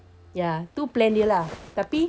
ya tu plan dia lah tapi